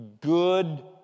good